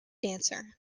dancer